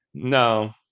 No